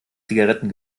zigaretten